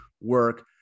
work